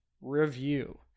review